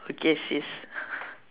okay sis